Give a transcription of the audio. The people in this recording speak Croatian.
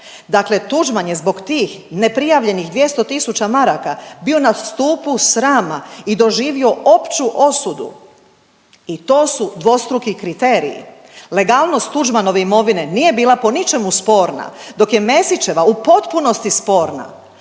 Dakle, Tuđman je zbog tih neprijavljenih 200 tisuća maraka bio na stupu srama i doživio opću osudu i to su dvostruki kriteriji. Legalnost Tuđmanove imovine nije bila po ničemu sporna, dok je Mesićeva u potpunosti sporna,